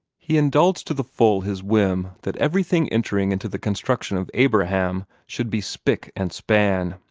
he indulged to the full his whim that everything entering into the construction of abraham should be spick-and-span.